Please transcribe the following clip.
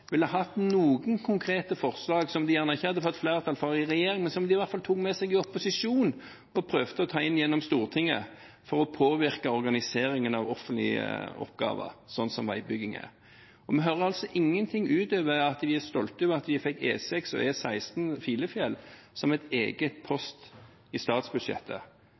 ville hatt noen konkrete forslag, som de gjerne ikke hadde fått flertall for i regjeringen, men som de i hvert fall tok med seg i opposisjon og prøvde å ta inn gjennom Stortinget, for å påvirke organiseringen av offentlige oppgaver, som veibygging er. Vi hører altså ingenting utover at de er stolte av at de fikk E6 og E16 Filefjell som en egen post i statsbudsjettet.